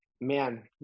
man